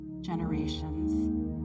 generations